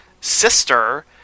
sister